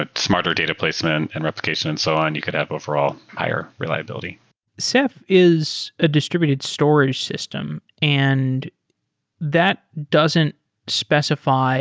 ah smarter data placement and replication and so on. you could have overall higher reliability ceph is a distributed storage system and that doesn't specify